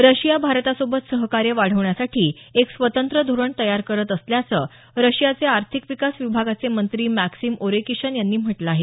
Russia भारतासोबत सहकार्य वाढवण्यासाठी एक स्वतंत्र धोरण तयार करत असल्याचं रशियाचे आर्थिक विकास विभागाचे मंत्री मॅक्सीम ओरेशकिन यांनी म्हटलं आहे